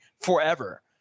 forever